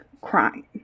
crime